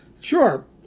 sure